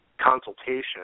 consultation